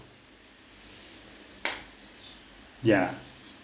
ya